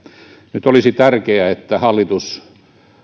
nyt olisi tärkeää että hallitus